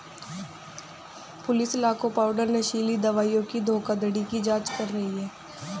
police लाखों pound नशीली दवाओं की धोखाधड़ी की जांच कर रही है